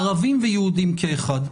ערבים ויהודים כאחד.